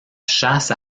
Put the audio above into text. chasse